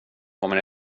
kommer